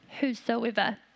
whosoever